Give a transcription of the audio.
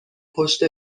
پشت